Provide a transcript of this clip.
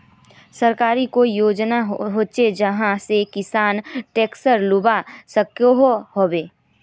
सरकारी कोई योजना होचे जहा से किसान ट्रैक्टर लुबा सकोहो होबे?